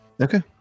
Okay